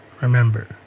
remember